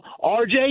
RJ